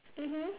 mmhmm